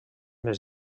més